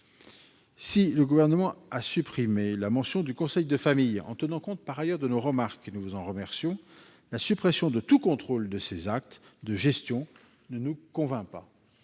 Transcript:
Si le Gouvernement a supprimé la mention du conseil de famille en tenant compte, par ailleurs, de nos remarques, ce dont nous vous remercions, la suppression de tout contrôle de ces actes de gestion ne nous convainc pas.